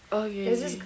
ookay ookay